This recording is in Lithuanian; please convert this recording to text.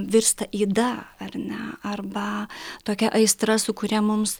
virsta yda ar ne arba tokia aistra su kuria mums